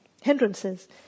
hindrances